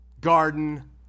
garden